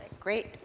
Great